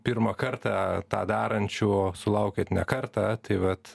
pirmą kartą tą darančių sulaukiat ne kartą tai vat